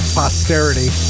posterity